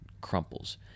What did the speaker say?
crumples